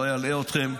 לא אלאה אתכם.